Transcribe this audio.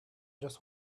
just